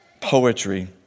poetry